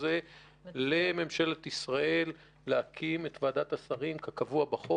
יש לזה המון משמעות,